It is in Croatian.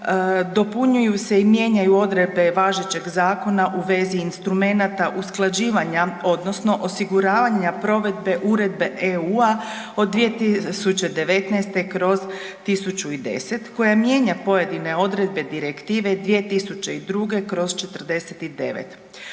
dopunjuju se i mijenjaju odredbe važećeg zakona u vezi instrumenata usklađivanja odnosno osiguravanja provedbe Uredbe EU od 2019/1010 koja mijenja pojedine odredbe Direktive 2002/49